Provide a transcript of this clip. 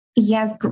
Yes